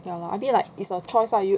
ya lor I mean like it's your choice ah you